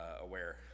aware